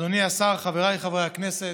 אדוני השר, חבריי חברי הכנסת,